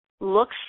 looks